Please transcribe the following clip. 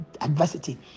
adversity